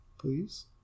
Please